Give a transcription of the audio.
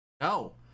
No